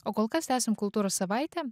o kol kas tęsiam kultūros savaitę